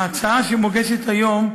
ההצעה שמוגשת היום,